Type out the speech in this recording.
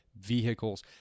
vehicles